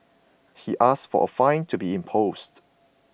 he asked for a fine to be imposed